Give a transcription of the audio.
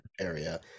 area